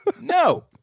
No